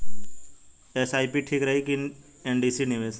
SIP ठीक रही कि एन.सी.डी निवेश?